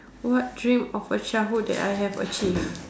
what dream of a childhood that I have achieved